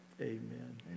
Amen